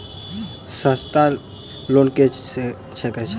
सस्ता लोन केँ छैक